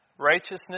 Righteousness